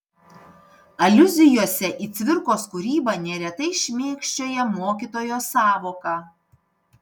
aliuzijose į cvirkos kūrybą neretai šmėkščioja mokytojo sąvoka